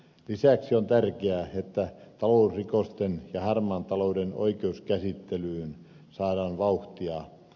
lisäksi on tärkeää että talousrikosten ja harmaan talouden oikeuskäsittelyyn saadaan vauhtia